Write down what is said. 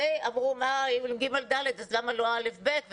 אמרו שמדובר בכיתות ג'-ד' ולכן למה לא כיתות א'-ב'.